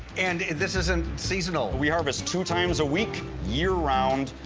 and this isn't seasonal. we harvest two times a week, year round.